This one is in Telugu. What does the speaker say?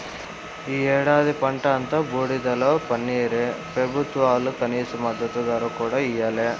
ఈ ఏడాది పంట అంతా బూడిదలో పన్నీరే పెబుత్వాలు కనీస మద్దతు ధర కూడా ఇయ్యలే